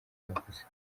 yavuze